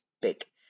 big